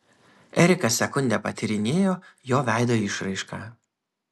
erika sekundę patyrinėjo jo veido išraišką